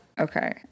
Okay